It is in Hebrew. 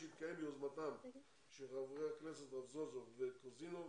שהתקיים ביוזמתם של חברי הכנסת רזבוזוב וקוז'ינוב,